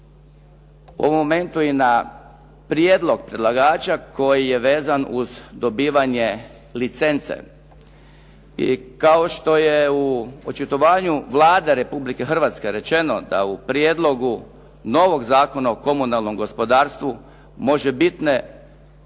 u ovom momentu i na prijedlog predlagača koji je vezan uz dobivanje licence. I kao što je u očitovanju Vlade Republike Hrvatske rečeno da u prijedlogu novog Zakona o komunalnom gospodarstvu možebitna